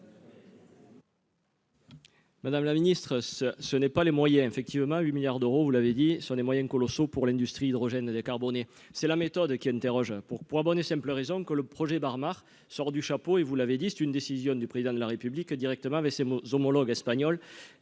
Madame la Ministre ce ce n'est pas les moyens effectivement 8 milliards d'euros, vous l'avez dit, sur des moyens colossaux pour l'industrie, l'hydrogène décarboné c'est la méthode qui interroge pour pour la bonne et simple raison que le projet Barnard sort du chapeau et vous l'avez dit, c'est une décision du président de la République, directement, avec ces mots homologues espagnols